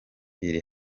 iri